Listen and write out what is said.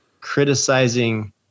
criticizing